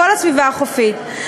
כל הסביבה החופית,